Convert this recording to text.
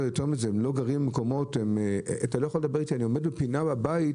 עומד בפינה בבית,